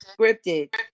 scripted